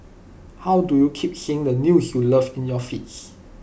how do you keep seeing the news you love in your feeds